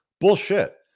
Bullshit